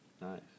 nice